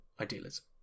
idealism